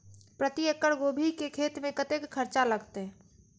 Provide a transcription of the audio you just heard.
प्रति एकड़ गोभी के खेत में कतेक खर्चा लगते?